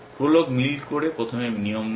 Prolog মিল করে প্রথম নিয়ম নেয়